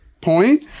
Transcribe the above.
point